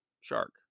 shark